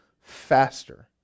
faster